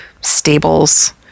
stables